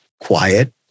quiet